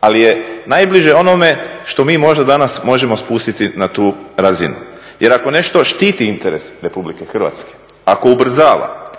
ali je najbliže onome što mi možda danas možemo spustiti na tu razinu. Jer ako nešto štiti interes Republike Hrvatske, ako ubrzava,